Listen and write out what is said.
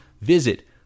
Visit